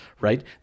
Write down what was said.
right